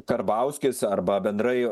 karbauskis arba bendrai